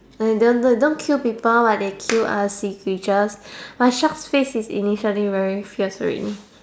like they they don't kill people but they kill other sea creatures like sharks face is initially very fierce already